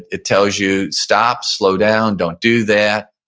it tells you stop, slow down, don't do that.